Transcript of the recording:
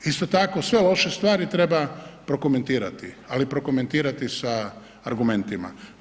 Isto tako, sve loše stvari treba prokomentirati ali prokomentirati sa argumentima.